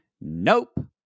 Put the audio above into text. Nope